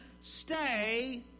stay